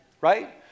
right